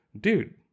dude